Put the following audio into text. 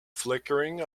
flickering